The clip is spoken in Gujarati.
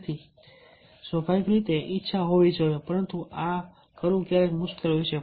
તેથી સ્વાભાવિક રીતે ઈચ્છા હોવી જોઈએ પરંતુ આ કરવું ક્યારેક મુશ્કેલ હોય છે